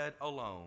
alone